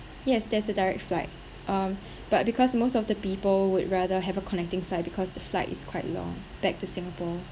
yes there's a direct flight um but because most of the people would rather have a connecting flight because the flight is quite long back to singapore